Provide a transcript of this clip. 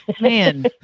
Man